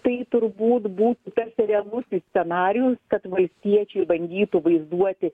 tai turbūt būtų tas realusis scenarijus kad valstiečiai bandytų vaizduoti